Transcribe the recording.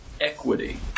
equity